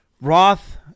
Roth